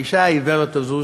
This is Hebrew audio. האישה העיוורת הזאת,